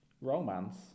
romance